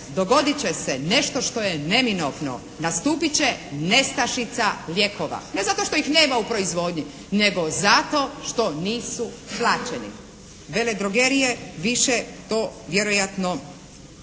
dogodit će se nešto što je neminovno. Nastupit će nestašica lijekova. Ne zato što ih nema u proizvodnji, nego zato što nisu plaćeni. Vele drogerije više to vjerojatno